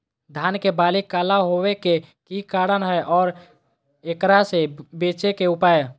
धान के बाली काला होवे के की कारण है और एकरा से बचे के उपाय?